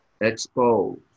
Expose